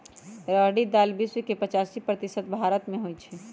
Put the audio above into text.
रहरी दाल विश्व के पचासी प्रतिशत भारतमें होइ छइ